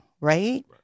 Right